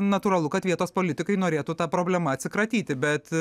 natūralu kad vietos politikai norėtų ta problema atsikratyti bet